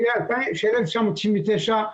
של 1999,